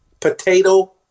potato